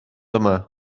yma